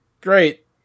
Great